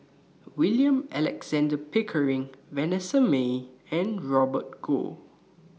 William Alexander Pickering Vanessa Mae and Robert Goh